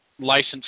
licensed